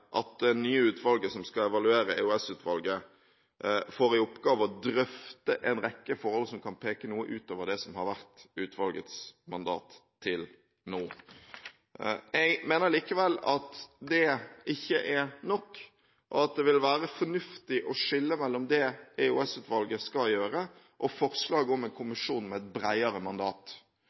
at det nye utvalget som skal evaluere EOS-utvalget, får i oppgave å drøfte en rekke forhold som kan peke noe utover det som har vært utvalgets mandat til nå. Jeg mener likevel at det ikke er nok, og at det ville være fornuftig å skille mellom det EOS-utvalget skal gjøre, og forslaget om en kommisjon med et bredere mandat.